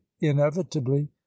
inevitably